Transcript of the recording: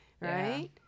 right